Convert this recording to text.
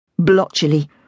blotchily